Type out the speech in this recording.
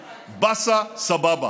באסה-סבבה.